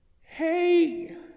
Hey